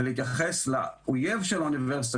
ולהתייחס לאיום על האוניברסיטה,